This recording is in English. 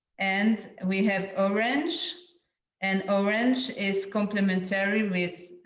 and we have orange and orange is complementary with